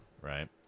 right